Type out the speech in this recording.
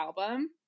album